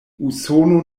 usono